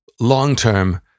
long-term